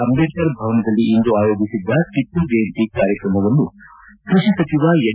ಅಂಬೇಡ್ಕರ್ ಭವನದಲ್ಲಿ ಇಂದು ಆಯೋಜಿಸಿದ್ದ ಟಿಪ್ಪು ಜಯಂತಿ ಕಾರ್ಯಕ್ರಮವನ್ನು ಕೃಷಿ ಸಚಿವ ಎನ್